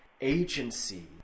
agency